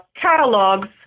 catalogs